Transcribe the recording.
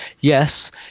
yes